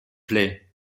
play